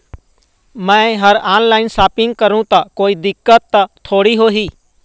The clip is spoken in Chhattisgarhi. मैं हर ऑनलाइन शॉपिंग करू ता कोई दिक्कत त थोड़ी होही?